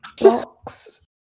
box